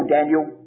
Daniel